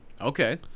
Okay